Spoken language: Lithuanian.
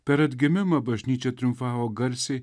per atgimimą bažnyčia triumfavo garsiai